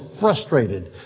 frustrated